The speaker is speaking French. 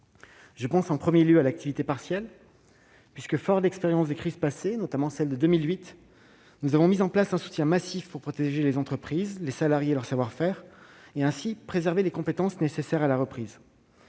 Je pense, en premier lieu, à l'activité partielle. Forts de l'expérience des crises passées, notamment celle de 2008, nous avons mis en place un soutien massif pour protéger les entreprises, leurs salariés et leur savoir-faire, et, ainsi, préserver les compétences nécessaires à la reprise.